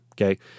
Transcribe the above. okay